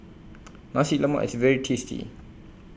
Nasi Lemak IS very tasty